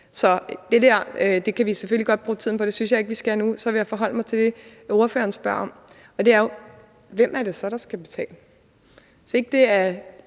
der kan vi selvfølgelig godt bruge tiden på – det synes jeg ikke vi skal nu. Så jeg vil forholde mig til det, ordføreren spørger om, og det er jo: Hvem er det så, der skal betale? Hvis ikke det er